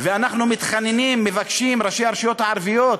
ואנחנו מתחננים, מבקשים, ראשי הרשויות הערביות,